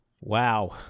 Wow